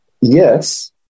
yes